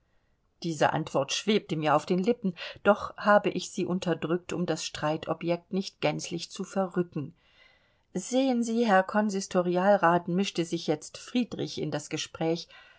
diese antwort schwebte mir auf den lippen doch habe ich sie unterdrückt um das streitobjekt nicht gänzlich zu verrücken sehen sie herr konsistorialrat mischte sich jetzt friedrich in das gespräch